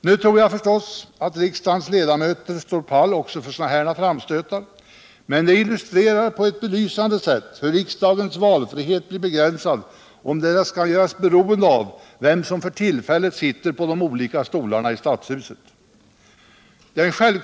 Nu tror jag förstås att riksdagens ledamöter kan stå pall även för sådana här framstötar, men det illustrerar på ett belysande sätt hur riksdagens valfrihet blir begränsad, om den skall göras beroende av vem som för tillfället sitter på de olika stolarna i Stadshuset.